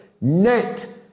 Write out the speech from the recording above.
net